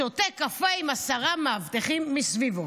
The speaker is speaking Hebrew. שותה קפה עם עשרה מאבטחים סביבו.